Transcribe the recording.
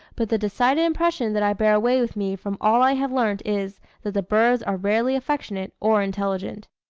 but the decided impression that i bear away with me from all i have learnt, is, that the birds are rarely affectionate or intelligent.